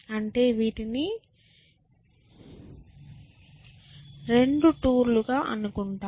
అంటే వీటిని రెండు టూర్ లు గా అనుకుంటాం